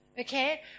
Okay